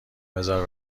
بزار